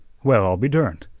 well, i'll be derned!